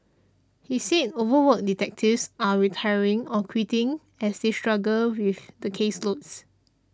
he said overworked detectives are retiring or quitting as they struggle with the caseloads